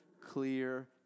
clear